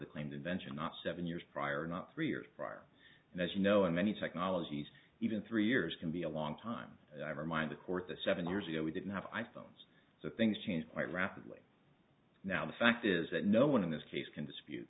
the claimed invention not seven years prior not three years prior and as you know in many technologies even three years can be a long time and i remind the court the seven years ago we didn't have i phones so things changed quite rapidly now the fact is that no one in this case can dispute